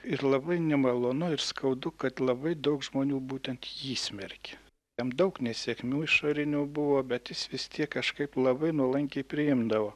ir labai nemalonu ir skaudu kad labai daug žmonių būtent jį smerkė jam daug nesėkmių išorinių buvo bet jis vis tiek kažkaip labai nuolankiai priimdavo